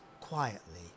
quietly